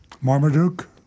Marmaduke